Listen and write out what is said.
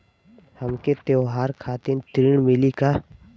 हमके त्योहार खातिर ऋण मिली का?